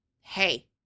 Hey